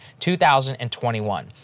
2021